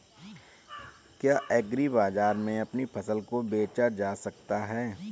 क्या एग्रीबाजार में अपनी फसल को बेचा जा सकता है?